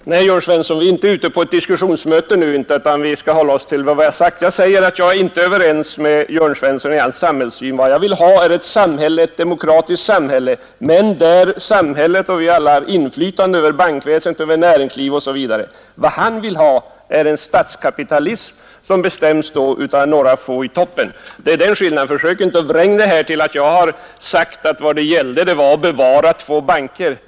Herr talman! Nej, Jörn Svensson, vi är inte ute på ett diskussionsmöte nu utan vi skall hålla oss till vad vi har sagt. Jag säger att jag inte är överens med Jörn Svensson i fråga om hans samhällssyn. Jag vill ha ett demokratiskt samhälle där vi alla har inflytande över bankväsen, näringsliv osv. Vad Jörn Svensson vill ha är en statskapitalism, över vilken några få i toppen bestämmer. Där ligger skillnaden. Försök inte att vränga detta till att jag har sagt att det här gäller att bevara två banker.